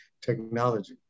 technology